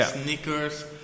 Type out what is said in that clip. sneakers